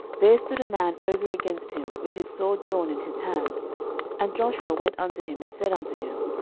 there stood a man over against him with his sword drawn in his hand and joshua went unto him, and said unto him,